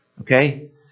Okay